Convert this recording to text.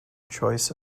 choice